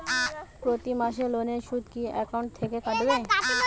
প্রতি মাসে লোনের সুদ কি একাউন্ট থেকে কাটবে?